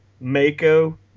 Mako